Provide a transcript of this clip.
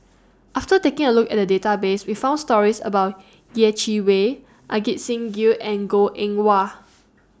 after taking A Look At The Database We found stories about Yeh Chi Wei Ajit Singh Gill and Goh Eng Wah